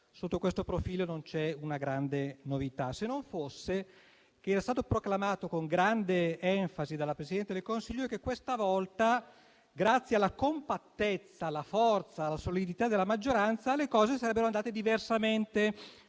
sotto questo profilo non c'è una grande novità, se non fosse che era stato proclamato con grande enfasi dalla Presidente del Consiglio che questa volta, grazie alla compattezza, alla forza e alla solidità della maggioranza, le cose sarebbero andate diversamente,